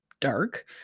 dark